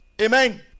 Amen